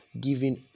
giving